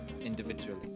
individually